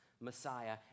Messiah